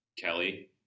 Kelly